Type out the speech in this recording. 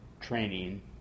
training